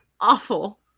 Awful